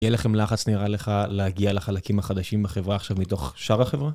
יהיה לכם לחץ, נראה לך, להגיע לחלקים החדשים בחברה עכשיו מתוך שאר החברה?